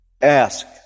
ask